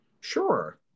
Sure